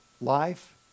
life